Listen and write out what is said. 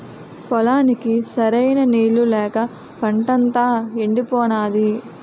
పొలానికి సరైన నీళ్ళు లేక పంటంతా యెండిపోనాది